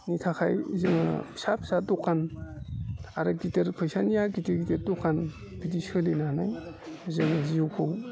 थाखाय जोङो फिसा फिसा दखान आरो गिदिर फैसानिया गिदिर गिदिर दखान बिदि सोलिनानै जोङो जिउखौ